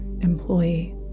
employee